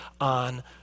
on